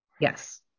Yes